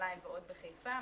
בירושלים ועוד בחיפה.